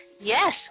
Yes